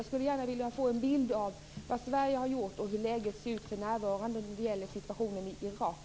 Jag skulle gärna vilja få en bild av vad Sverige har gjort och hur läget för närvarande ser ut när det gäller situationen i Irak.